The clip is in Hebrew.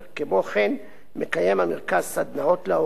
כמו כן המרכז מקיים סדנאות להורים,